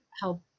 help